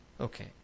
Okay